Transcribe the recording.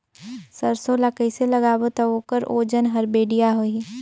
सरसो ला कइसे लगाबो ता ओकर ओजन हर बेडिया होही?